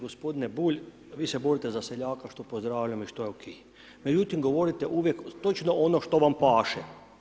Gospodine Bulj, vi se borite za seljaka, što pozdravljam i što je ok, međutim govorite uvijek točno ono što vam paše.